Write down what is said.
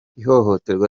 ihohoterwa